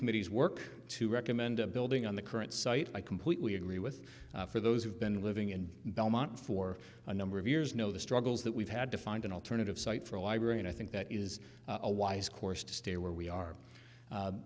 committee's work to recommend a building on the current site i completely agree with for those who've been living in belmont for a number of years know the struggles we've had to find an alternative site for a library and i think that is a wise course to stay where we are